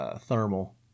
Thermal